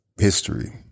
history